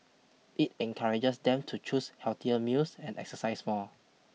it encourages them to choose healthier meals and exercise more